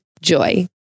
Joy